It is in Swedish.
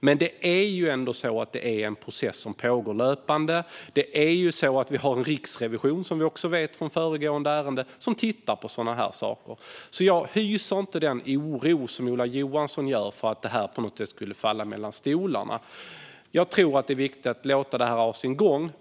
Men detta är en process som pågår löpande. Som vi vet från föregående ärende har vi också en riksrevision som tittar på sådana här saker. Jag hyser alltså inte den oro som Ola Johansson har för att detta på något sätt skulle falla mellan stolarna. Jag tror att det är viktigt att låta detta ha sin gång.